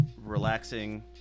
relaxing